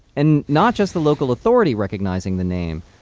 and not just the local authority recognizing the name,